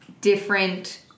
different